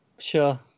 Sure